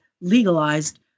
legalized